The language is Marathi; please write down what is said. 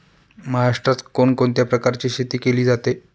महाराष्ट्रात कोण कोणत्या प्रकारची शेती केली जाते?